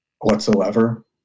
whatsoever